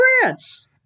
France